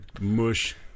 mush